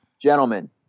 gentlemen